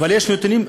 אבל יש נתונים,